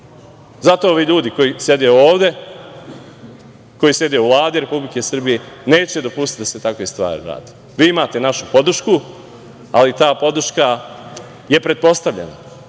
Zato ovi ljudi koji sede ovde, koji sede u Vladi Republike Srbije neće dopustiti da se takve stvari radi. Imate našu podršku, ali ta podrška je pretpostavljena,